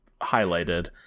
highlighted